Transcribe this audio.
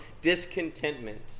discontentment